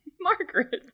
Margaret